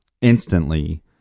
instantly